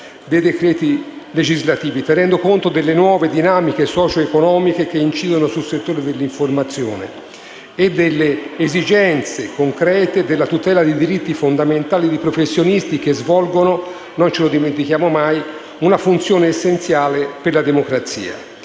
dei decreti legislativi, tenendo conto delle nuove dinamiche socio-economiche che incidono sul settore dell'informazione e delle concrete esigenze della tutela di diritti fondamentali di professionisti che svolgono - non dimentichiamocelo mai - una funzione essenziale per la democrazia.